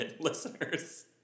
listeners